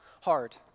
hard